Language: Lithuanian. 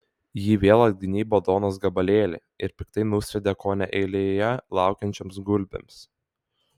ji vėl atgnybo duonos gabalėlį ir piktai nusviedė kone eilėje laukiančioms gulbėms